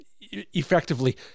effectively